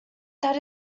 that